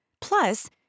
Plus